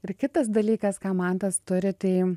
ir kitas dalykas ką mantas turi tai